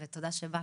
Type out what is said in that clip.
ותודה שבאת.